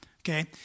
Okay